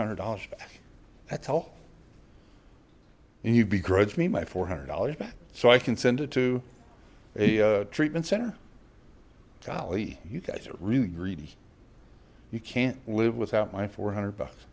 hundred dollars that's all and you begrudge me my four hundred dollars so i can send it to a treatment center golly you guys are really greedy you can't live without my four hundred bucks